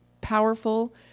powerful